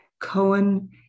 Cohen